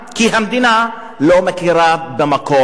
כי המדינה לא מכירה במקום.